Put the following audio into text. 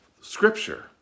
Scripture